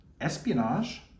espionage